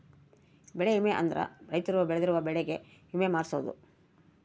ಬೆಳೆ ವಿಮೆ ಅಂದ್ರ ರೈತರು ಬೆಳ್ದಿರೋ ಬೆಳೆ ಗೆ ವಿಮೆ ಮಾಡ್ಸೊದು